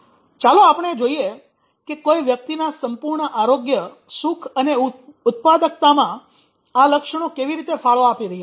ચાલો આપણે જોઈએ કે કોઈ વ્યક્તિના સંપૂર્ણ આરોગ્ય સુખ અને ઉત્પાદકતામાં આ લક્ષણો કેવી રીતે ફાળો આપી રહ્યા છે